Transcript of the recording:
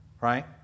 Right